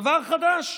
דבר חדש.